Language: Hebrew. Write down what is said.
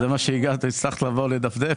זה מה שהספקת לדפדף?